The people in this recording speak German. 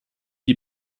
die